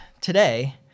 today